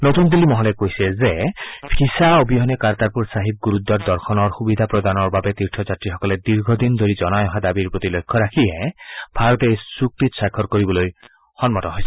নতুন দিল্লী মহলে কৈছে যে ভিছা অবিহনে কৰ্টাৰপুৰ চাহিব গুৰুদ্বাৰ দৰ্শনৰ সুবিধা প্ৰদানৰ বাবে তীৰ্থযাত্ৰীসকলে দীৰ্ঘদিন ধৰি জনাই অহা দাবীৰ প্ৰতি লক্ষ্য ৰাখিহে ভাৰত এই চুক্তিত স্বাক্ষৰ কৰিবলৈ সন্মত হৈছে